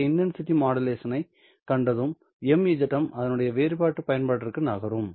இந்த intensity modulation ஐ கண்டதும் MZM அதனுடைய வேறுபட்ட பயன்பாட்டிற்கு நகரும்